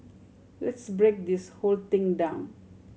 let's break this whole thing down